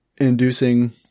inducing